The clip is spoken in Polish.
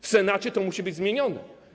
W Senacie to musi być zmienione.